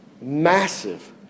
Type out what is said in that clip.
massive